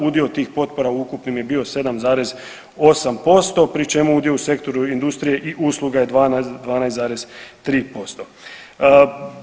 Udio tih potpora u ukupnim je bio 7,8% pri čemu udio u sektoru industrije i usluga je 12,3%